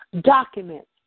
Document